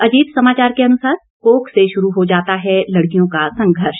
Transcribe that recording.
अजीत समाचार के अनुसार कोख से शुरू हो जाता है लड़कियों का संघर्ष